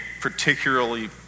particularly